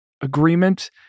agreement